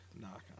knock